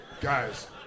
Guys